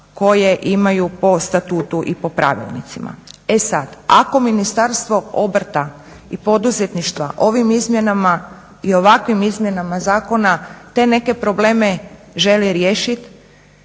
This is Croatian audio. koje imaju po statutu i po pravilnicima. E sada, ako Ministarstvo obrta i poduzetništva ovim izmjenama i ovakvim izmjenama zakona te neke probleme žele riješiti